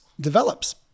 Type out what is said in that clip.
develops